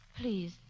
Please